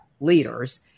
leaders